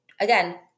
again